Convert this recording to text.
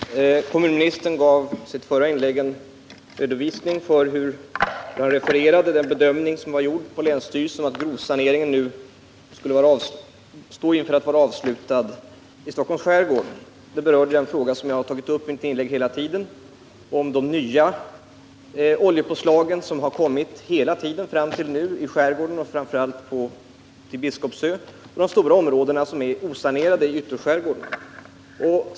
Herr talman! Kommunministern gav i sitt förra inlägg en redovisning av den bedömning som gjorts på länsstyrelsen och som jag refererade till, att grovsaneringen i Stockholms skärgård nu skulle stå inför sin avslutning. Redovisningen berörde den fråga som jag har tagit upp i mina inlägg här i dag och om de nya oljepåslag som hela tiden fram till nu har kommit i skärgården och framför allt vid Biskopsö och om de stora områden som är osanerade i ytterskärgården.